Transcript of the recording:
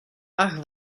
ach